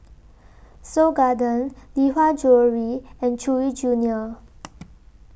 Seoul Garden Lee Hwa Jewellery and Chewy Junior